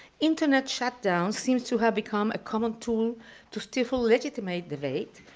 internet shutdown seems to have become a common tool to stifle legitimate debate,